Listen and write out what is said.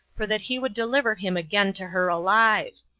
for that he would deliver him again to her alive.